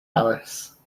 alice